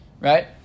right